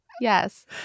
Yes